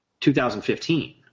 2015